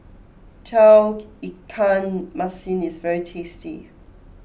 Tauge Ikan Masin is very tasty